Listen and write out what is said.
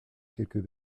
quelques